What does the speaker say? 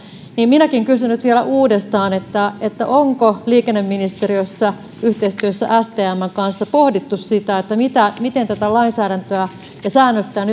minäkin kysyn nyt vielä uudestaan onko liikenneministeriössä yhteistyössä stmn kanssa pohdittu sitä miten tätä lainsäädäntöä ja säännöstöä